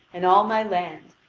and all my land,